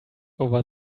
over